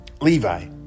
Levi